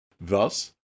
Thus